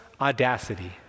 audacity